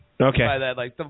Okay